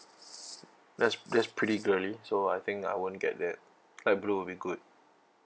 that's that's pretty girly so I think I won't get that light blue will be good